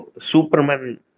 Superman